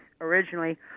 originally